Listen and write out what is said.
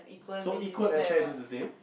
so equal and fair means the same